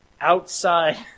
outside